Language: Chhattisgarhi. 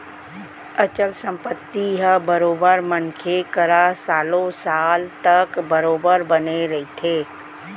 अचल संपत्ति ह बरोबर मनखे करा सालो साल तक बरोबर बने रहिथे